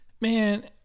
Man